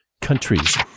countries